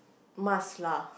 must lah